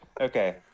Okay